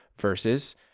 Versus